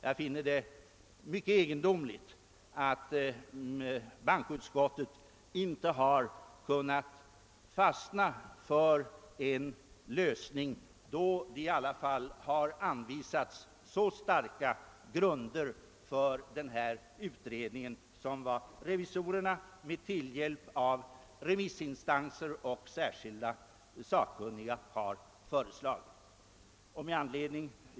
Jag finner det mycket egendomligt att bankoutskottet inte har kunnat fastna för denna lösning, då det i alla fall har påvisats så starka grunder för en utredning som. revisorerna med tillhjälp av remissinstanser och särskilda sakkunniga har gjort.